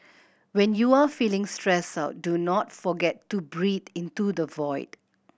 when you are feeling stressed out do not forget to breathe into the void